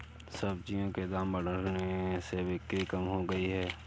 सब्जियों के दाम बढ़ने से बिक्री कम हो गयी है